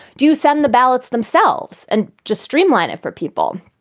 do you send the ballots themselves and just streamline it for people?